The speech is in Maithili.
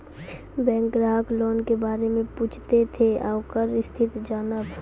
बैंक ग्राहक लोन के बारे मैं पुछेब ते ओकर स्थिति जॉनब?